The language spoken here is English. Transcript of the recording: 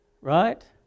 right